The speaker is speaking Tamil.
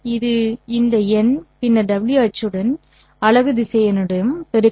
இது இந்த எண் பின்னர் w அச்சுடன் அலகு திசையனுடன் பெருக்கவும்